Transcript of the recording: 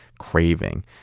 craving